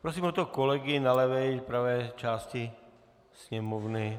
Prosím o to kolegy na levé i pravé části sněmovny.